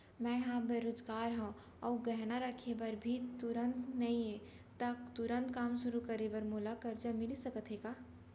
मैं ह बेरोजगार हव अऊ गहना रखे बर भी तुरंत नई हे ता तुरंत काम शुरू करे बर मोला करजा मिलिस सकत हे का?